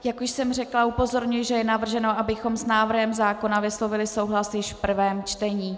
Jak už jsem řekla, upozorňuji, že je navrženo, abychom s návrhem zákona vyslovili souhlas již v prvém čtení.